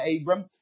Abram